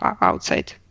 outside